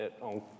on